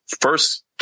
first